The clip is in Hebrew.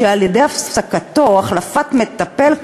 שעל-ידי הפסקתו או החלפת מטפל,